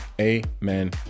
amen